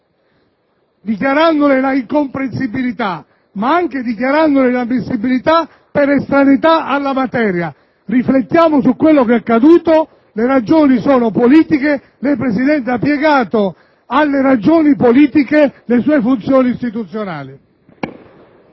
dichiarandone l'incomprensibilità, ma anche l'inammissibilità per estraneità alla materia. Riflettiamo su quanto è accaduto, perché le ragioni sono politiche. Lei, Presidente, ha piegato alle ragioni politiche le sue funzioni istituzionali.